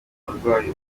barwayi